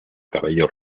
cabello